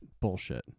bullshit